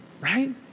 right